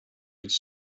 its